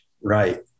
Right